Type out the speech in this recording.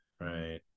right